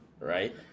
Right